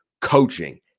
Coaching